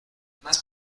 mas